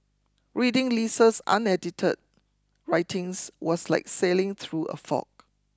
reading Lisa's unedited writings was like sailing through a fog